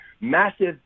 massive